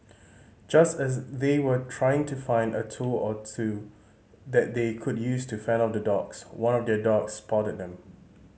just as they were trying to find a tool or two that they could use to fend off the dogs one of their dogs spotted them